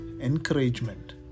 Encouragement